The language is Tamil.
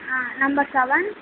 ah number seven